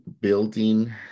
building